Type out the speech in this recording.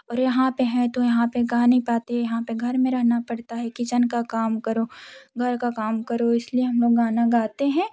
और यहाँ पर है तो यहाँ पर गा नहीं पाते यहाँ पर घर में रहना पड़ता है किचन का काम करो घर का काम करो इस लिए हम लोग गाना गाते हैं